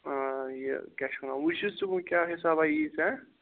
آ یہِ وچھ ژٕ کیاہ حِسابا یی ژےٚ